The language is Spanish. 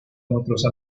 nuestros